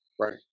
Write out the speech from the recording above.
right